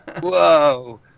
Whoa